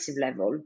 level